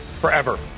forever